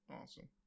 Awesome